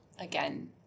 again